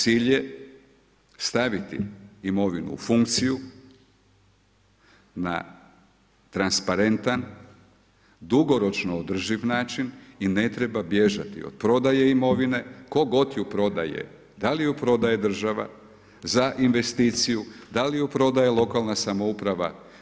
Cilj je staviti imovinu u funkciju na transparentan, dugoročno održiv način i ne treba bježati od prodaje imovine tko god ju prodaje da li ju prodaje država za investiciju, da li ju prodaje lokalna samouprava.